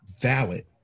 valid